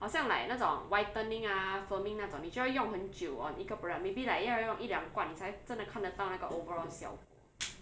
好像 like 那种 whitening ah firming 那种你就要用很久 on 一个 product maybe like 要用一两罐你才真的看得到那个 overall 效果